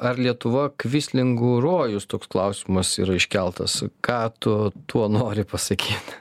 ar lietuva kvislingų rojus toks klausimas yra iškeltas ką tu tuo nori pasakyt